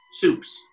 soups